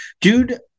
dude